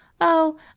Oh